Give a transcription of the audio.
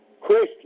Christian